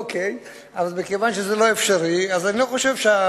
אז כיוון שזה לא אפשרי, אני חושב